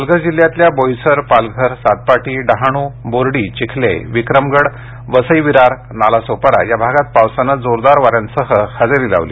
पालघर जिल्ह्यातल्या बोईसर पालघर सातपाटी डहाणू बोर्डी चिखले विक्रमगड वसई विरार नालासोपारा या भागांत पावसानं जोरदार वाऱ्यांसह हजेरी लावली